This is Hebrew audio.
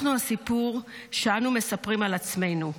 אנחנו הסיפור שאנו מספרים על עצמנו.